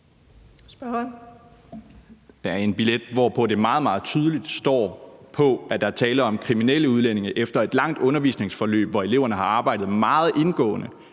Det er en billet, hvor der meget, meget tydeligt står, at der er tale om kriminelle udlændinge. Og det er efter et langt undervisningsforløb, hvor eleverne har arbejdet meget indgående